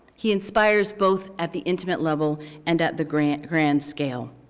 he inspires both at the intimate level and at the grand grand scale.